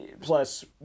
plus